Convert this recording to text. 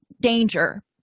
danger